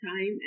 time